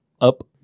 Up